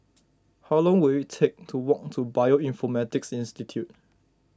how long will it take to walk to Bioinformatics Institute